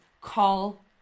call